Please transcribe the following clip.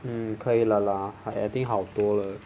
mm 可以了啦 I think 好多了